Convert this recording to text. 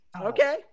Okay